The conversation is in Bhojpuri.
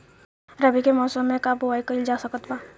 रवि के मौसम में का बोआई कईल जा सकत बा?